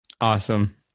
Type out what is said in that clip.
Awesome